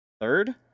Third